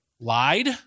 lied